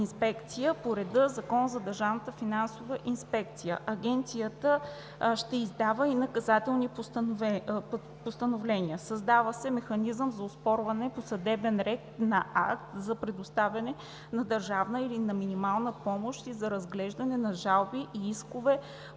по реда на Закона за държавната финансова инспекция. Агенцията ще издава и наказателните постановления. Създава се механизъм за оспорване по съдебен ред на акт за предоставяне на държавна или на минимална помощ и за разглеждане на жалби и искове